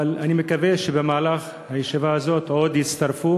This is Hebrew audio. אבל אני מקווה שבמהלך הישיבה הזאת יצטרפו